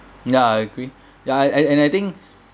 ya I agree ya and and I think